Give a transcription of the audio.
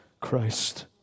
Christ